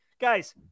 guys